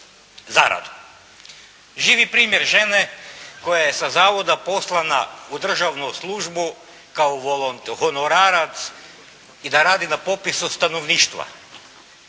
Zaradu. Živi primjer žene koja je sa zavoda poslana u državnu službu kao honorarac i da radi na popisu stanovništva.